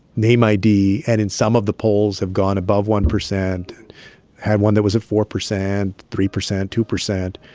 name id, and in some of the polls have gone above one percent had one that was at four percent, and three percent, two percent.